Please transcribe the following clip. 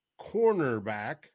cornerback